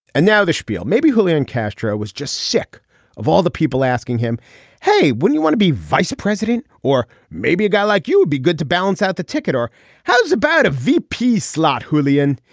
and now the spiel maybe julian castro was just sick of all the people asking him hey wouldn't you want to be vice president or maybe a guy like you would be good to balance out the ticket or how's about a v p. slot julian.